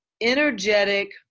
energetic